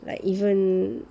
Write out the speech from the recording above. like even